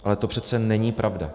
Ale to přece není pravda.